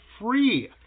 free